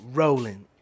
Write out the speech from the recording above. rolling